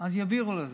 ואז יעבירו את זה.